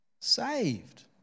saved